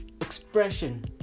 expression